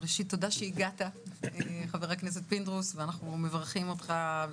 תודה שהגעת, אנחנו מברכים אותך.